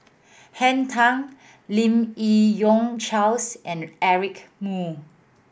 Henn Tan Lim Yi Yong Charles and Eric Moo